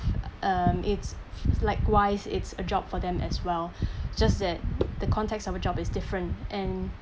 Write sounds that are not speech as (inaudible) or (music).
um it's likewise it's a job for them as well (breath) just that the context of a job is different and